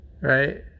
right